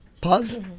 Pause